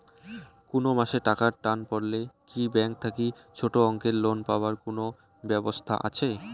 কুনো মাসে টাকার টান পড়লে কি ব্যাংক থাকি ছোটো অঙ্কের লোন পাবার কুনো ব্যাবস্থা আছে?